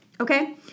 Okay